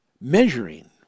measuring